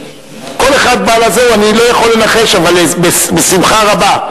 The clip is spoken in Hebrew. כל אחד בא, אני לא יכול לנחש אבל בשמחה רבה.